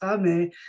Mais